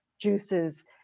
juices